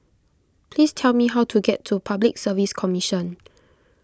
please tell me how to get to Public Service Commission